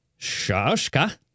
Shashka